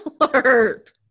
alert